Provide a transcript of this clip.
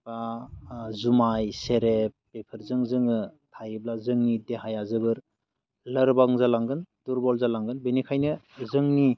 जुमाइ सेरेब बेफोरजों जोङो थायोब्ला जोंनि देहाया जोबोर लोरबां जालांगोन दुरबल जालांगोन बेनिखायनो जोंनि